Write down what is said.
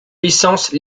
licence